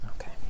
okay